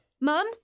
Mum